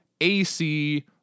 AC